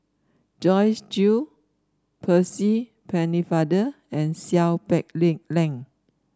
Joyce Jue Percy Pennefather and Seow Peck Leng Leng